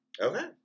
Okay